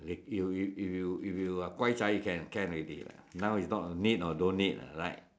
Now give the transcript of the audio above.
if you if you if you are hokkien you can can already now is not a need or don't need ah right